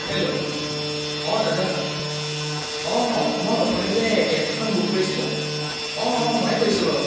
hello অঁ দাদা অঁ মই অথনি যে কেব এখন বুক কৰিছিলোঁ অঁ অঁ ময়ে কৈছোঁ বাৰু